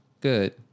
good